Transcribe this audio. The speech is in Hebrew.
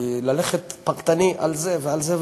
כי ללכת פרטני על זה ועל זה,